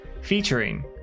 featuring